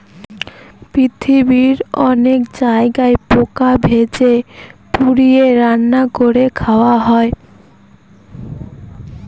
পৃথিবীর অনেক জায়গায় পোকা ভেজে, পুড়িয়ে, রান্না করে খাওয়া হয়